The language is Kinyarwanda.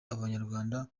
abanyarwanda